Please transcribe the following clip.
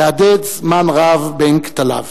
תהדהד זמן רב בין כתליו.